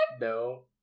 No